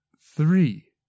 Three